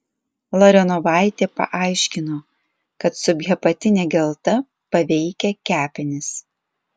larionovaitė paaiškino kad subhepatinė gelta paveikia kepenis